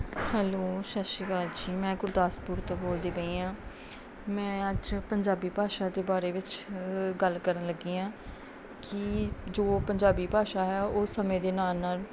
hello ਸਤਿ ਸ਼੍ਰੀ ਅਕਾਲ ਜੀ ਮੈਂ ਗੁਰਦਾਸਪੁਰ ਤੋਂ ਬੋਲਦੀ ਪਈ ਹਾਂ ਮੈਂ ਅੱਜ ਪੰਜਾਬੀ ਭਾਸ਼ਾ ਦੇ ਬਾਰੇ ਵਿੱਚ ਗੱਲ ਕਰਨ ਲੱਗੀ ਹਾਂ ਕਿ ਜੋ ਪੰਜਾਬੀ ਭਾਸ਼ਾ ਹੈ ਉਹ ਸਮੇਂ ਦੇ ਨਾਲ ਨਾਲ